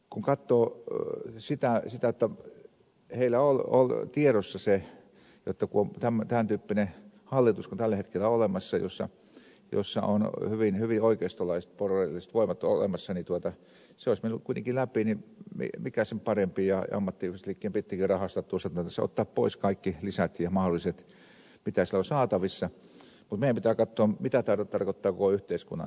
kun katsoo sitä jotta heillä on ollut tiedossa se jotta kun on tämän tyyppinen hallitus kuin tällä hetkellä on olemassa jossa on hyvin hyvin oikeistolaiset porvarilliset voimat olemassa niin kun se olisi mennyt kuitenkin läpi niin mikä sen parempi ja ammattiyhdistysliikkeen pitikin tässä rahastaa tuossa tilanteessa ottaa pois kaikki lisät ja muut mahdolliset mitä on saatavissa mutta meidän pitää katsoa mitä tämä tarkoittaa koko yhteiskunnan kannalta